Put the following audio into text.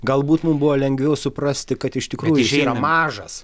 galbūt mum buvo lengviau suprasti kad iš tikrųjų jis yra mažas